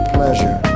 Pleasure